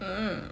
hmm